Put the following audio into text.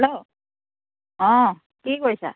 hello অঁ কি কৰিছা